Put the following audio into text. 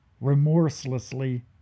remorselessly